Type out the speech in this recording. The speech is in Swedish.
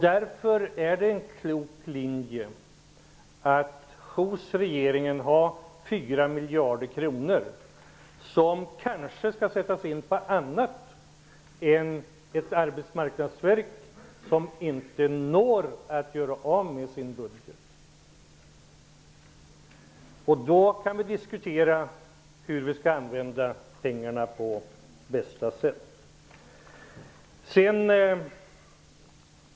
Därför är det en klok linje att hos regeringen ha 4 miljarder kronor som kanske skall sättas in på annat än ett arbetsmarknadsverk som inte når att göra av med sin budget. Då kan vi diskutera hur vi skall använda pengarna på bästa sätt.